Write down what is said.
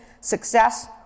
success